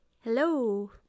Hello